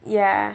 ya